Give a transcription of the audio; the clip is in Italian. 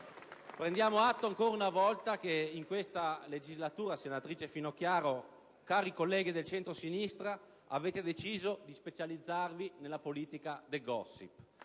Prendiamo atto ancora una volta che in questa legislatura, senatrice Finocchiaro e cari colleghi del centrosinistra, avete deciso di specializzarvi nella politica del *gossip*.